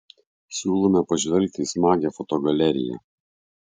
siūlome pažvelgti į smagią fotogaleriją